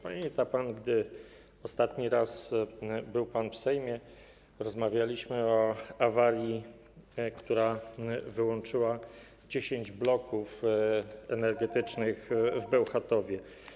Pamięta pan, gdy ostatni raz był pan w Sejmie, rozmawialiśmy o awarii, która wyłączyła 10 bloków energetycznych w Bełchatowie.